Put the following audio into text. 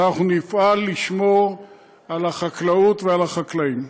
ואנחנו נפעל לשמור על החקלאות ועל החקלאים.